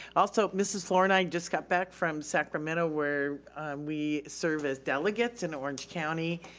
also, mrs. fluor and i just got back from sacramento where we serve as delegates in orange county.